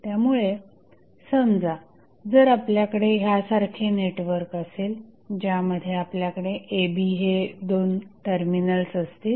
त्यामुळे समजा जर आपल्याकडे ह्यासारखे नेटवर्क असेल ज्यामध्ये आपल्याकडे a b हे 2 टर्मिनल्स असतील